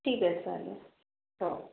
ठीक आहे ना चालेल हो